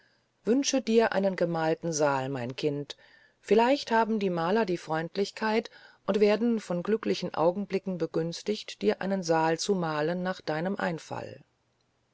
wünsche dir einen gemalten saal mein kind vielleicht haben die maler die freundlichkeit und werden von glücklichen augenblicken begünstigt dir einen saal zu malen nach deinem einfall